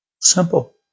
Simple